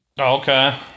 Okay